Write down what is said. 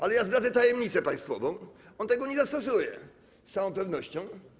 Ale zdradzę tajemnicę państwową: on tego nie zastosuje, z całą pewnością.